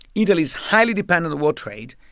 italy is highly dependent on world trade,